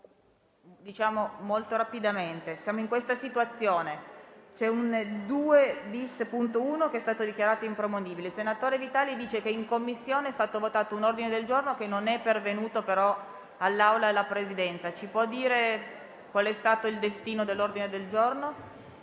Siamo in questa situazione: l'emendamento 2-*bis*.1 è stato dichiarato improponibile. Il senatore Vitali dice che in Commissione è stato votato un ordine del giorno che non è pervenuto però all'Assemblea e alla Presidenza. Ci può dire qual è stato il destino dell'ordine del giorno?